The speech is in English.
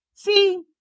See